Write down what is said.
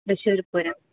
Thrissur Pooram